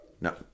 no